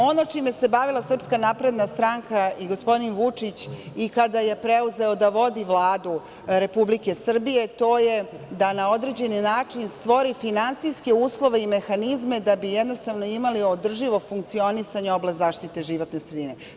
Ono čime se bavila SNS i gospodin Vučić, kada je preuzeo da vodi Vladu Republike Srbije, to je da na određeni način stvori finansijske uslove i mehanizme da bi jednostavno imali održivo funkcionisanje oblasti zaštite životne sredine.